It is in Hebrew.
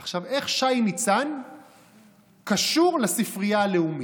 עכשיו, איך שי ניצן קשור לספרייה הלאומית?